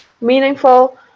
meaningful